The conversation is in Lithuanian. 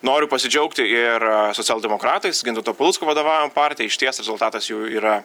noriu pasidžiaugti ir socialdemokratais gintauto palucko vadovaujama partija išties rezultatas jų yra